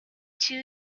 two